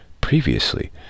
previously